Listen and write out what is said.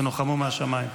תנוחמו מהשמיים.